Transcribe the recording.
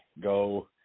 Go